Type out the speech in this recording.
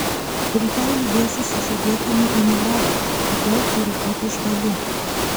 rytoj lydėsi sužadėtinį į nairobį todėl turi būti žvali